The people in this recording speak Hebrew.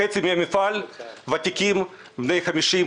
חצי מעובדי המפעל הם ותיקים בני 50,